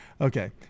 Okay